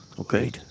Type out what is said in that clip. Okay